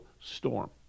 storm